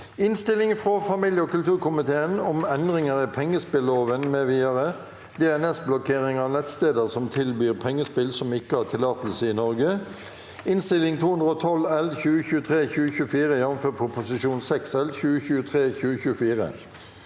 Innstilling frå familie- og kulturkomiteen om Endringer i pengespilloven mv. (DNS-blokkering av nettsteder som tilbyr pengespill som ikke har tillatelse i Norge) (Innst. 212 L (2023–2024), jf. Prop. 6 L (2023–2024))